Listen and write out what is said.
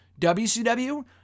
WCW